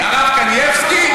הרב קנייבסקי?